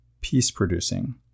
peace-producing